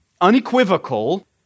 unequivocal